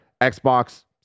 Xbox